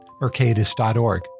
mercatus.org